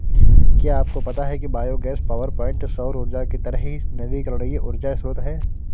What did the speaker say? क्या आपको पता है कि बायोगैस पावरप्वाइंट सौर ऊर्जा की तरह ही नवीकरणीय ऊर्जा स्रोत है